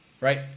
right